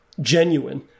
genuine